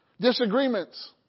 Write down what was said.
Disagreements